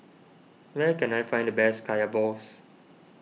where can I find the best Kaya Balls